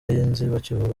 y’inzibacyuho